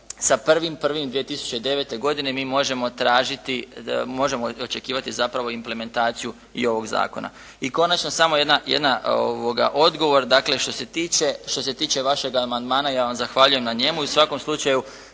sa 1.1.2009. godine mi možemo tražiti, možemo očekivati zapravo implementaciju i ovog zakona. I konačno samo jedna, odgovor dakle što se tiče vašega amandmana ja vam zahvaljujem na njemu